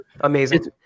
Amazing